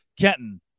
Kenton